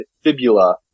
fibula